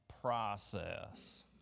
process